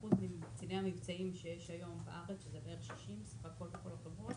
ש-99% מקציני המבצעים שיש בארץ --- זאת אומרת